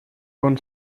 con